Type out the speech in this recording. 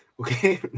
Okay